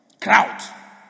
Crowd